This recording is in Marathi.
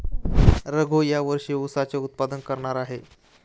रघू या वर्षी ऊसाचे उत्पादन करणार आहे